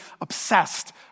obsessed